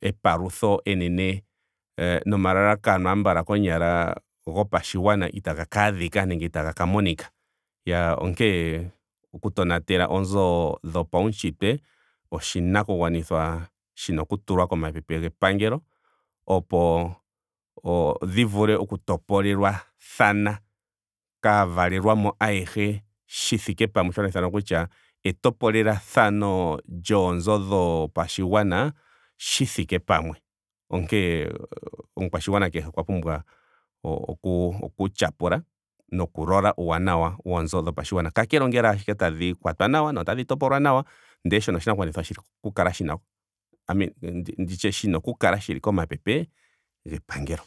epalutho enene o nomalalakano hambala konyala gopashigwana itaga ka adhika nenge itaga ka monika. Iyaa onkene oku tonatela oonzo dhopaunshitwe oshinakugwanitha shina okutulwa komapepe gepangelo opo dhi vule oku topolelwathana kaavalelwamo ayehe shi thike pamwe sho hashi ithanwa kutya etopolelathano lyoonzo dhopashigwana shi thike pamwe. Onkene omukwashigwana kehe okwa pumbwa oku- oku tyapula noku lola uuwanawa woonzo dhopashigwana. Kakele ongele ashike tadhi kwatwa nawa. notadhi topolwa nawa ndele shono oshinakugwanithwa shina oku kala i mean. ndi tye shina oku kala shili komapepe gepangelo